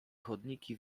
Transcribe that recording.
chodniki